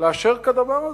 לאשר כדבר הזה?